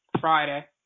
Friday